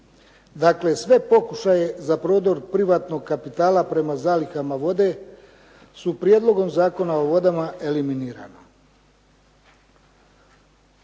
Dakle, sve pokušaje za prodor privatnog kapitala prema zalihama vode su prijedlogom Zakona o vodama eliminirana.